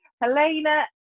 Helena